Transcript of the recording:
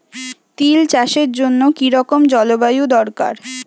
তিল চাষের জন্য কি রকম জলবায়ু দরকার?